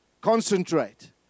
concentrate